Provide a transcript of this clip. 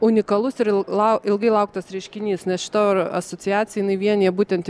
unikalus ir la ilgai lauktas reiškinys nes šita asociacija vienija būtent